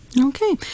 Okay